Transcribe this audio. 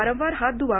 वारंवार हात धुवा